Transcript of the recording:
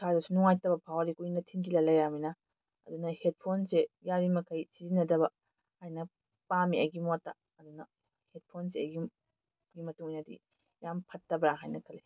ꯏꯁꯥꯗꯁꯨ ꯅꯨꯡꯉꯥꯏꯇꯕ ꯐꯥꯎꯍꯜꯂꯤ ꯀꯨꯏꯅ ꯊꯤꯟꯖꯤꯜꯂ ꯂꯩꯔꯃꯤꯅ ꯑꯗꯨꯅ ꯍꯦꯠꯐꯣꯟꯁꯤ ꯌꯥꯔꯤꯃꯈꯩ ꯁꯤꯖꯤꯟꯅꯗꯕ ꯍꯥꯏꯅ ꯄꯥꯝꯃꯤ ꯑꯩꯒꯤ ꯃꯣꯠꯇ ꯑꯗꯨꯅ ꯍꯦꯠꯐꯣꯟꯁꯤ ꯑꯩꯒꯤ ꯃꯣꯠꯀꯤ ꯃꯇꯨꯡ ꯏꯟꯅꯗꯤ ꯌꯥꯝ ꯐꯠꯇꯕ꯭ꯔꯥ ꯍꯥꯏꯅ ꯈꯜꯂꯤ